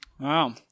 Wow